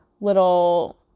little